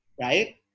Right